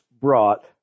brought